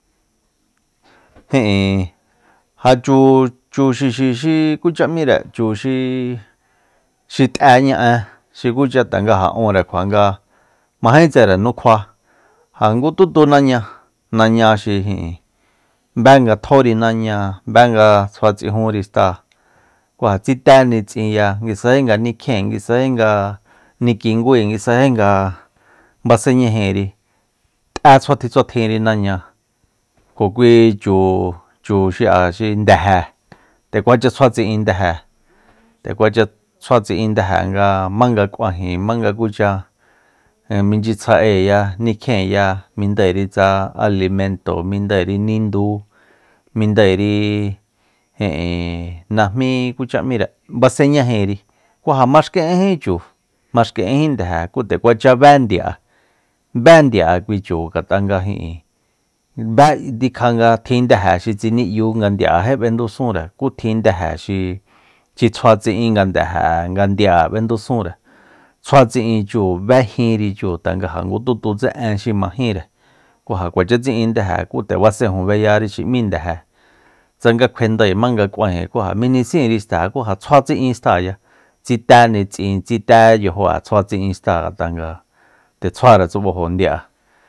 Ijin ja chu- chu xixi xí kucha m'íre chu xi- xi t'eña en xi kucha tanga ja únrekjua nga majétsere nukjua ja ngututu naña- naña xi ijin bé nga tjóri naña bé nga tsjua tsijúnri xtáa ku ja tsité nitsinya nguisaji nga nigkjien nguisaji nga nikingúi ngusaji nga basenñajiri t'é tsuatjin tsuatjinri naña kjo kui chu- chu xi'a xi ndeje nde kuacha tsjua tsi'ín ndeje nde kuacha tsjua tsin'in ndeje nga jmanga k'uajen jmanga kucha michyitsja'eya nikjienya mindairi tsa alimento mindairi ninduu mindairi ijin najmí kucha m'íre basenñajínri ku ja maxki'énjí chu maxki'énji ndeje ku nde kuacha bé ndia'e bé ndia'e ku chu ngat'a nga ijin bé tjikja nga tjin nde xi tsini'yu nga ndi'ejí b'endusúnre ku tjin ndeje xi- xi tsjua tsi'in nga ndeje nga ndia'e b'endusunre tsjua tsi'in chu béjinri chu tanga ja ngutututse én xi majínre ku ja nde kuacha tsi'in nde ku nde basenju bellari xi m'í ndeje tsanga kjuendae jmanga k'uain ja mijnisínri xta ku ja tsjua tsin xtáaya tsité nitsin tsité yajo'e tjua tsi'ín xta ngat'a nga nde tsjua tsub'ajo ndia'e